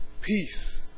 peace